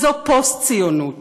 זה פוסט-ציונות.